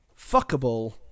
fuckable